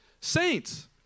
Saints